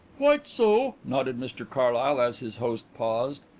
quite so, nodded mr carlyle, as his host paused.